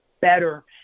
better